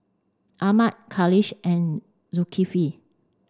Ahmad Khalish and Zulkifli